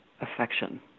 affection